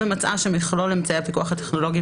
ומצאה שמכלול אמצעי הפיקוח הטכנולוגיים